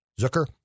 Zucker